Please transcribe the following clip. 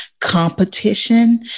Competition